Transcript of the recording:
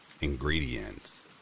ingredients